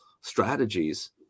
strategies